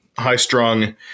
high-strung